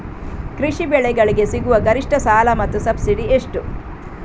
ಕೃಷಿ ಬೆಳೆಗಳಿಗೆ ಸಿಗುವ ಗರಿಷ್ಟ ಸಾಲ ಮತ್ತು ಸಬ್ಸಿಡಿ ಎಷ್ಟು?